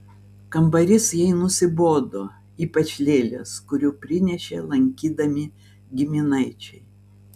kambarys jai nusibodo ypač lėlės kurių prinešė lankydami giminaičiai